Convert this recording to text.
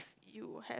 you have